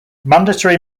mandatory